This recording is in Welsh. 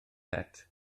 het